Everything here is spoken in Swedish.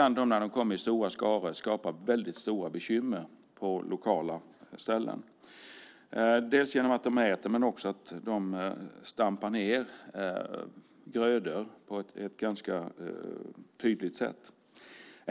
När de kommer i stora skaror kan de skapa väldigt stora bekymmer lokalt, dels genom att de äter, dels genom att de stampar ned grödor på ett ganska tydligt sätt.